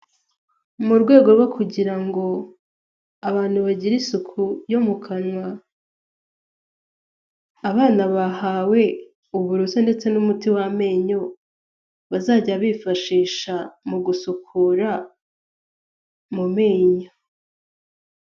Mu rwego rwo kugira ngo abantu bagire isuku yo mu kanwa, abana bahawe uburoso ndetse n'umuti w'amenyo bazajya bifashisha mu gusukura mu menyo.